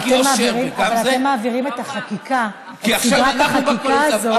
אתם מעבירים את סדרת החקיקה הזאת,